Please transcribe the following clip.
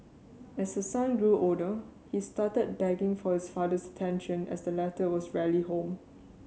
as her son grew older he started begging for his father's attention as the latter was rarely home